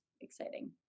exciting